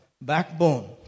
backbone